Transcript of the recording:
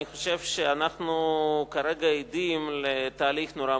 אני חושב שאנחנו כרגע עדים לתהליך נורא מוזר.